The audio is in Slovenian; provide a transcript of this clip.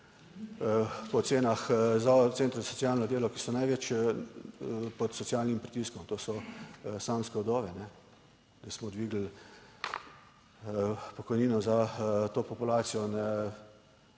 po ocenah Centrov za socialno delo, ki so največ pod socialnim pritiskom, to so samske vdove, da smo dvignili pokojnino za to populacijo na